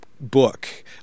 book